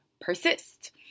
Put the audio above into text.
persist